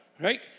right